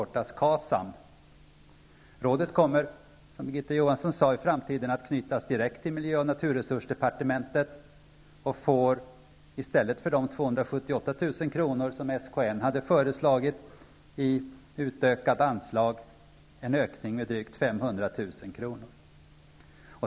Rådet kommer, som Birgitta Johansson sade, i framtiden att knytas direkt till miljö och resursdepartementet och får i stället för de 278 000 kr. som SKN hade föreslagit i utökat anslag en ökning med drygt 500 000 kr.